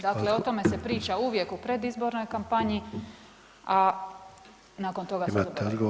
Dakle, o tome se priča uvijek u predizbornoj kampanji, a nakon toga